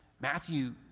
Matthew